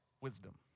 wisdom